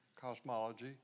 cosmology